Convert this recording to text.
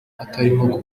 atarimo